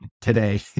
today